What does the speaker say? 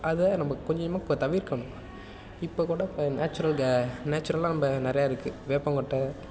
அதை நம்ம கொஞ்சம் கொஞ்சமாக தவிர்க்கணும் இப்போ கூட நேச்சுரல் க நேச்சுரலாக நம்ம நிறைய இருக்குது வேப்பங்கொட்டை